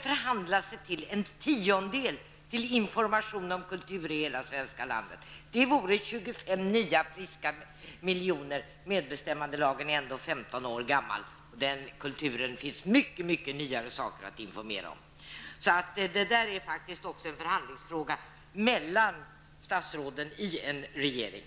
förhandla sig till en tiondel för information om kultur i hela det svenska landet? Det vore 25 nya friska miljoner. Medbestämmandelagen är ändå 15 år gammal, men inom kulturen finns det mycket nyare saker att informera om. Det är faktiskt en förhandlingsfråga mellan statsråden i en regering.